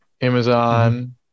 Amazon